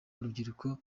urubyiruko